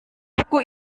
buku